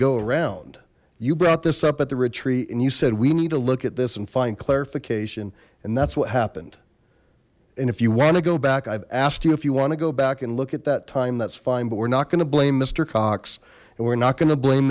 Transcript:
go around you brought this up at the retreat and you said we need to look at this and find clarification and that's what happened and if you want to go back i've asked you if you want to go back and look at that time that's fine but we're not gonna blame mister cox and we're not gonna blame